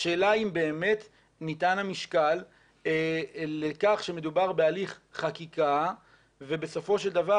השאלה אם באמת ניתן המשקל לכך שמדובר בהליך חקיקה ובסופו של דבר